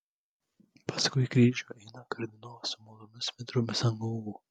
paskui kryžių eina kardinolai su baltomis mitromis ant galvų